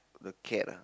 the cat lah